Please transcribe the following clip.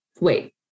wait